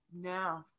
No